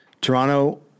Toronto